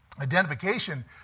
Identification